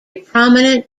prominent